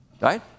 right